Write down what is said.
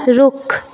रुख